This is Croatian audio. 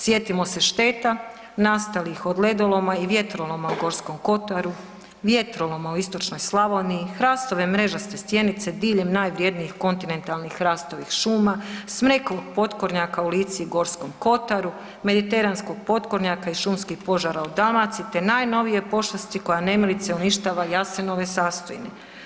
Sjetimo se šteta nastalih od ledoloma i vjetroloma u Gorskom kotaru, vjetroloma u istočnoj Slavoniji, hrastove mrežaste stjenice diljem najvrednijih kontinentalnih hrastovih šuma, smreku potkornjaka u Lici i Gorskom kotaru, mediteranskog potkornjaka i šumskih požara u Dalmaciji te najnovije pošasti koja nemilice uništava jasenove sastojine.